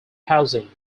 housing